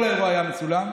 כל האירוע היה מצולם,